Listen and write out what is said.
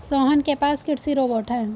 सोहन के पास कृषि रोबोट है